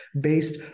based